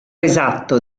esatto